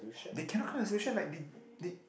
they cannot like they they